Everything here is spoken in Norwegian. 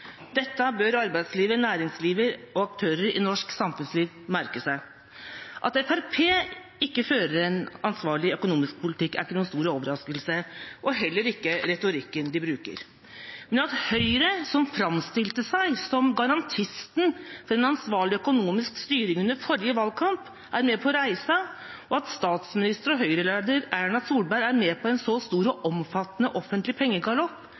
Dette bør arbeidslivet, næringslivet og aktører i norsk samfunnsliv merke seg. At Fremskrittspartiet ikke fører en ansvarlig økonomisk politikk, er ikke noen stor overraskelse, og heller ikke retorikken de bruker. Men at Høyre, som framstilte seg som garantisten for en ansvarlig økonomisk styring under forrige valgkamp, er med på reisen, og at statsminister og Høyre-leder Erna Solberg er med på en så stor og omfattende offentlig pengegalopp